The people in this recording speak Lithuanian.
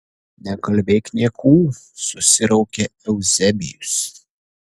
nekalbėk niekų susiraukė euzebijus